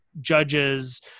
judges